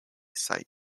site